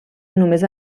només